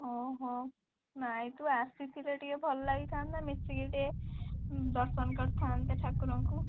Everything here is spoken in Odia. ନାଇଁ ତୁ ଆସିଥିଲେ ଟିକିଏ ଭଲ ଲାଗିଥାନ୍ତା ମିଶିକି ଟିକିଏ ଦର୍ଶନ କରିଥାନ୍ତେ ଠାକୁରଙ୍କୁ